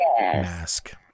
mask